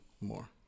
more